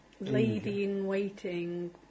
lady-in-waiting